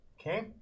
okay